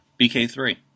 BK3